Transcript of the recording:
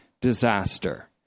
disaster